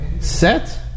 set